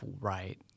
right